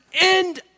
end